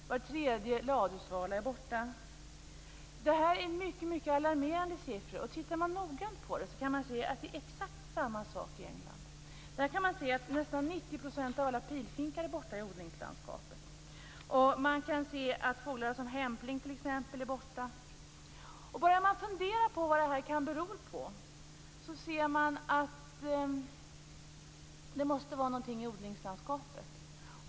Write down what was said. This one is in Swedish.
Var tredje ladusvala är borta. Det är mycket alarmerande siffror. Vid en noggrann titt ser man att det är exakt likadant i England. Nästan 90 % av alla pilfinkar är borta i odlingslandskapet. Fåglar som hämpling är borta. Börjar man fundera på vad detta kan bero på ser man att det måste vara något i odlingslandskapet.